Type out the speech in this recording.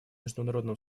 международным